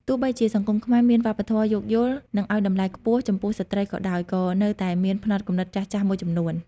ទោះបីជាសង្គមខ្មែរមានវប្បធម៌យោគយល់ និងឲ្យតម្លៃខ្ពស់ចំពោះស្ត្រីក៏ដោយ ក៏នៅតែមានផ្នត់គំនិតចាស់ៗមួយចំនួន។